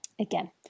Again